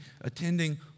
attending